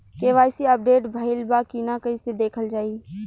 KYC update भइल बा कि ना कइसे देखल जाइ?